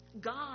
God